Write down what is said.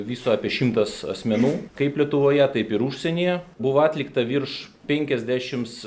viso apie šimtas asmenų kaip lietuvoje taip ir užsienyje buvo atlikta virš penkiasdešims